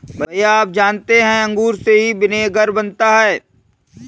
भैया आप जानते हैं अंगूर से ही विनेगर बनता है